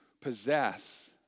possess